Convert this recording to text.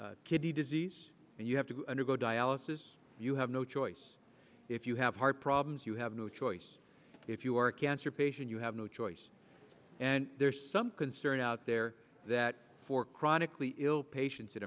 kidney disease and you have to undergo dialysis you have no choice if you have heart problems you have no choice if you are a cancer patient you have no choice and there is some concern out there that for chronically ill patients